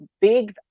big